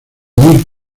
muy